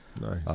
Nice